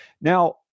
Now